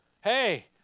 hey